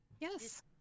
Yes